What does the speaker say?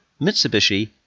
Mitsubishi